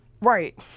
Right